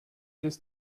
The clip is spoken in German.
des